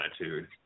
attitude